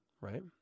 Right